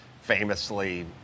famously